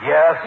Yes